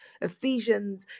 ephesians